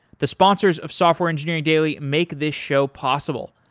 the sponsors of software engineering daily make this show possible,